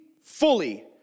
fully